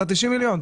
את ה-90 מיליון.